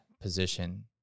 position